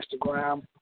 Instagram